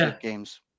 games